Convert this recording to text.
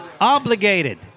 obligated